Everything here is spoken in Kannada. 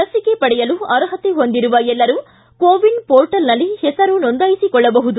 ಲಿಸಿಕೆ ಪಡೆಯಲು ಅರ್ಹತೆ ಹೊಂದಿರುವ ಎಲ್ಲರೂ ಕೋವಿನ್ ಪೋರ್ಟಲ್ನಲ್ಲಿ ಹೆಸರು ನೋದಾಯಿಸಿಕೊಳ್ಳಬಹುದು